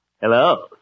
Hello